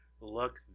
look